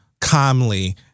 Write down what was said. calmly